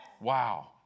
Wow